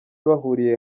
bahuriye